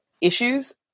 issues